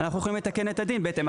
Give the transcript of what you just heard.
ואנחנו יכולים לתקן את הדין בהתאם.